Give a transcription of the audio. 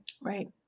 Right